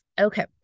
Okay